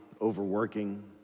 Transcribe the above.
overworking